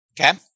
Okay